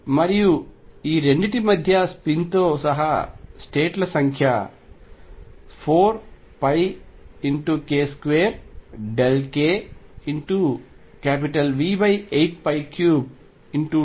మరియు ఈ రెండింటి మధ్య స్పిన్తో సహా స్టేట్ ల సంఖ్య 4πk2kV83×2 అవుతుంది